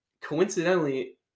coincidentally